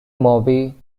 moby